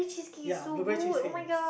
ya blueberry cheesecake yes